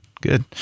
Good